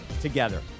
together